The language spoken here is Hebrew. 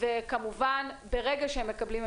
וכמובן ברגע שהם מקבלים,